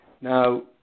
Now